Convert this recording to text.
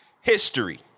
history